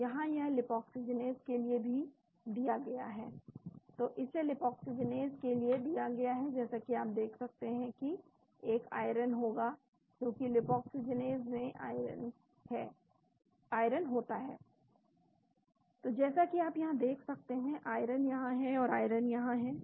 तो यहाँ यह 5 लीपाक्सीजीनेज़ के लिए भी दिया गया है तो इसे 5 लीपाक्सीजीनेज़ के लिए दिया गया है जैसा कि आप देख सकते हैं कि एक आयरन होगा क्योंकि लीपाक्सीजीनेज़ में आयरन होता है तो जैसा कि आप यहाँ देख सकते हैं आयरन यहाँ है और आयरन यहाँ है